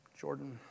Jordan